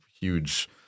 huge